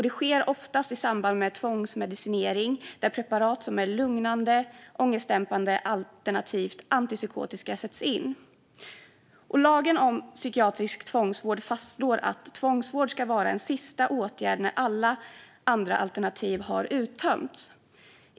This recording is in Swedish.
Det sker oftast i samband med tvångsmedicinering, där preparat som är lugnande, ångestdämpande eller antipsykotiska sätts in. Lagen om psykiatrisk tvångsvård fastslår att tvångsvård ska vara en sista åtgärd när alla andra alternativ har uttömts.